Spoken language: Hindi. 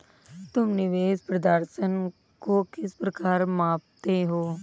तुम निवेश प्रदर्शन को किस प्रकार मापते हो?